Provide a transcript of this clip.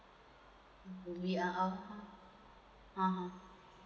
do we (uh huh) (uh huh)